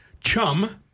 CHUM